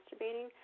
masturbating